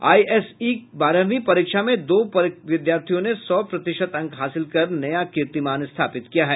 ISC बारहवीं परीक्षा में दो विद्यार्थियों ने सौ प्रतिशत अंक हासिल कर नया कीर्तिमान स्थापित किया है